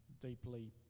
deeply